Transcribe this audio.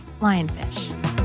lionfish